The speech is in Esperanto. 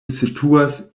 situas